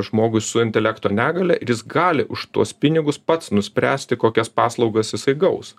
žmogui su intelekto negalią ir jis gali už tuos pinigus pats nuspręsti kokias paslaugas jisai gaus